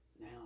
Now